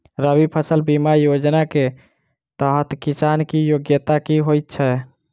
रबी फसल बीमा योजना केँ तहत किसान की योग्यता की होइ छै?